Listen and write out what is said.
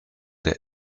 der